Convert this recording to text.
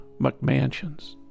McMansions